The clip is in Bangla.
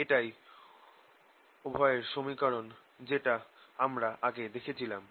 এটাই ওয়েভের সমীকরণ যেটা আমরা আগে পেয়েছিলাম